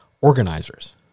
organizers